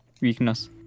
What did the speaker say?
weakness